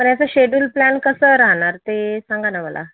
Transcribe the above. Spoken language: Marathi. तर याचा शेडुल प्लॅन कसा राहणार ते सांगा ना मला